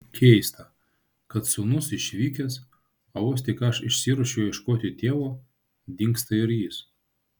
keista kad sūnus išvykęs o vos tik aš išsiruošiu ieškoti tėvo dingsta ir jis